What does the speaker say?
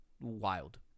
Wild